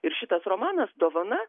ir šitas romanas dovana